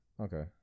Okay